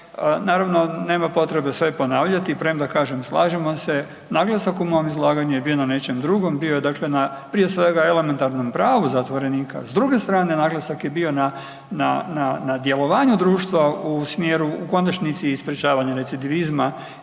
Naravno nema potrebe sve ponavljati premda kažem slažemo se. Naglasak u mom izlaganju je bio na nečem drugom, bio je dakle na prije svega na elementarnom pravu zatvorenika. S druge strane naglasak je bio na djelovanju društva u smjeru, u konačnici i sprječavanju recidivizma